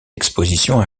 exposition